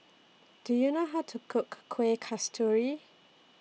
Do YOU know How to Cook Kueh Kasturi